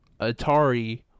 Atari